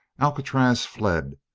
alcatraz fled,